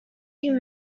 you